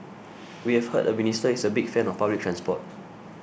we have heard the minister is a big fan of public transport